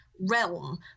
realm